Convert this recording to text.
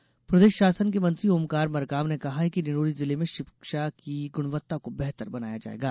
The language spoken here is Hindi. मरकाम प्रदेष शासन के मंत्री ओमकार मरकाम ने कहा कि डिण्डौरी जिले में षिक्षा की गुणवत्ता को बेहतर बनाया जायेगा